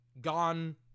gone